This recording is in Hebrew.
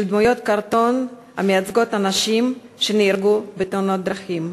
של דמויות קרטון המייצגות אנשים שנהרגו בתאונות דרכים.